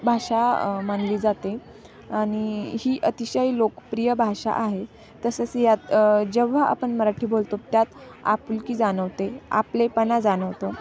भाषा मानली जाते आणि ही अतिशय लोकप्रिय भाषा आहे तसंच यात जेव्हा आपण मराठी बोलतो त्यात आपुलकी जाणवते आपलेपणा जाणवतो